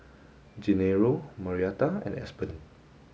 Gennaro Marietta and Aspen